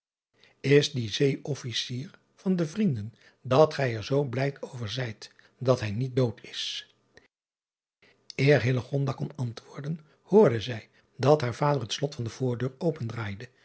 van illegonda uisman dat gij er zoo blijd over zijt dat hij niet dood is er kon antwoorden hoorde zij dat haar vader het slot van de voordeur